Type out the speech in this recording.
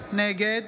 נגד